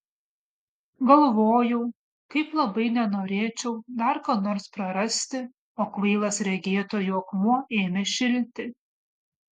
galvojau kaip labai nenorėčiau dar ką nors prarasti o kvailas regėtojų akmuo ėmė šilti